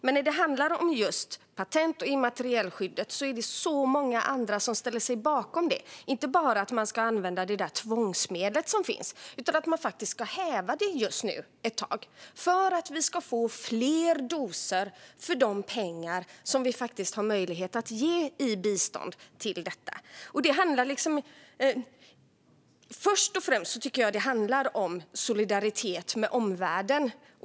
Men när det handlar om just patent och immaterialskyddet är det många andra som ställer sig bakom att man inte bara ska använda det tvångsmedel som finns utan just nu faktiskt häva skyddet ett tag för att vi ska få fler doser för de pengar som vi har möjlighet att ge i bistånd till detta. Först och främst tycker jag att det handlar om solidaritet med omvärlden.